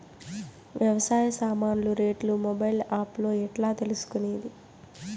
వ్యవసాయ సామాన్లు రేట్లు మొబైల్ ఆప్ లో ఎట్లా తెలుసుకునేది?